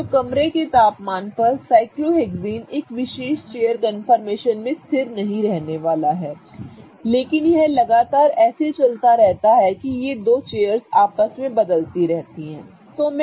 तो कमरे के तापमान पर साइक्लोहेक्सेन एक विशेष चेयर कन्फर्मेशन में स्थिर नहीं रहने वाला है लेकिन यह लगातार ऐसे चलता रहता है कि यह दो चेयर्स एक दूसरे में बदलती रहती हैं ठीक है